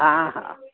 हा हा